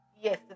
Yes